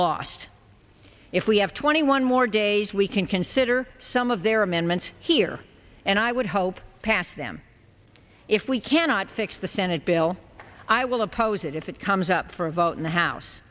lost if we have twenty one more days we can consider some of their amendments here and i would hope pass them if we cannot fix the senate bill i will oppose it if it comes up for a vote in the house